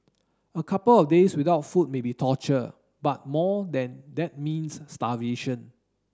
a couple of days without food may be torture but more than that means starvation